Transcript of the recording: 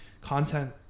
content